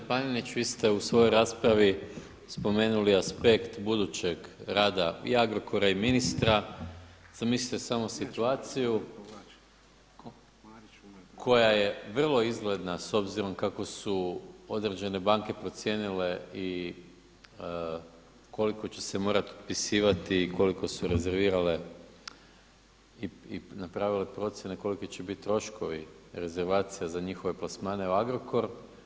Gospodine Papeniću, vi ste u svojoj raspravi spomenuli aspekt budućeg rada i Agrokora i ministra, zamislite samo situaciju koja je vrlo izgledna s obzirom kako su određene banke procijenile i koliko će se morati otpisivati i koliko su rezervirale i napravile procjene koliki će biti troškovi rezervacija za njihove plasmane u Agrokor.